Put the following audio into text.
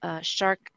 shark